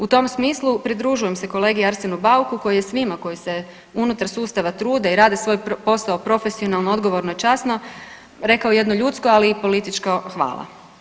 U tom smislu pridružujem se kolegi Arsenu Bauku koji je svima koji se unutar sustava trude i rade svoj posao profesionalno, odgovorno i časno rekao jedno ljudsko i političko hvala.